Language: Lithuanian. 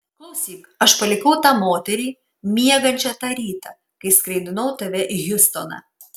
klausyk aš palikau tą moterį miegančią tą rytą kai skraidinau tave į hjustoną